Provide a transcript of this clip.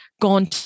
gone